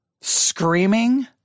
screaming